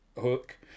Hook